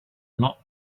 not